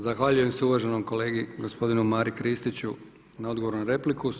Zahvaljujem se uvaženom kolegi gospodinu Mari Kristiću na odgovoru na repliku.